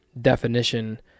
definition